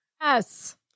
Yes